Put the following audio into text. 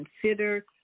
Consider